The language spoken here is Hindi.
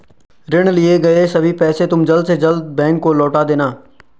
ऋण लिए गए सभी पैसे तुम जल्द से जल्द बैंक को लौटा देना